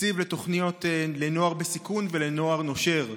תקציב לתוכניות לנוער בסיכון ולנוער נושר.